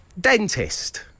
Dentist